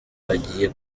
bagiye